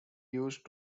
used